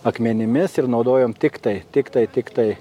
akmenimis ir naudojom tiktai tiktai tiktai